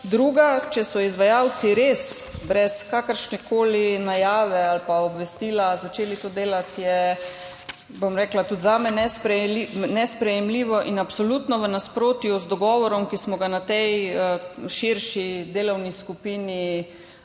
Druga. Če so izvajalci res brez kakršnekoli najave ali obvestila začeli to delati, je, bom rekla, tudi zame nesprejemljivo in absolutno v nasprotju z dogovorom, ki smo ga na tej širši delovni skupini sklenili.